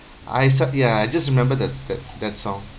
I sud~ ya I just remember that that that song